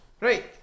Right